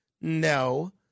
no